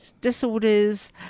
disorders